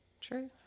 True